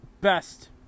best